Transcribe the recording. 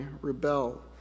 rebel